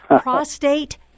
Prostate